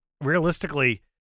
Realistically